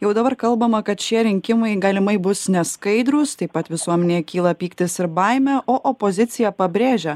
jau dabar kalbama kad šie rinkimai galimai bus neskaidrūs taip pat visuomenėje kyla pyktis ir baimė o opozicija pabrėžia